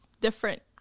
different